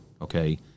okay